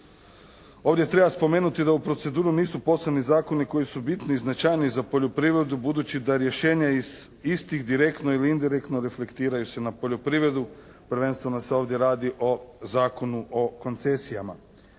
Ovdje treba spomenuti da u proceduru nisu poslani zakoni koji su bitniji i značajniji za poljoprivredu, budući da rješenje iz istih direktno ili indirektno reflektiraju se na poljoprivredu, prvenstveno se ovdje radi o Zakonu o koncesijama,